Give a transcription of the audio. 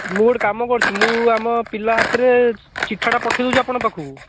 ମୁଁ ଗୋଟେ କାମ କରୁଛି ମୁଁ ଆମ ପିଲା ହାତରେ ଚିଠାଟା ପଠାଇଦେଉଛି ଆପଣଙ୍କ ପାଖକୁ